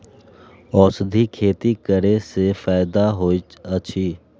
औषधि खेती करे स फायदा होय अछि?